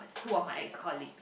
two of my ex colleagues